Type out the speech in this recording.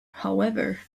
however